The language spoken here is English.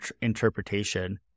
interpretation